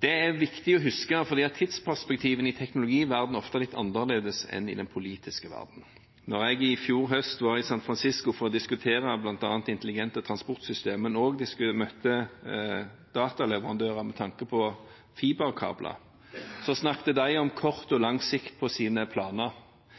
Det er viktig å huske, for tidsperspektivene i teknologiverdenen er ofte litt annerledes enn i den politiske verden. Da jeg i fjor høst var i San Fransisco for å diskutere bl.a. intelligente transportsystemer, men også møtte dataleverandører med tanke på fiberkabler, snakket de om kort og lang sikt på sine planer.